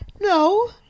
no